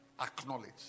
acknowledge